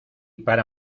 para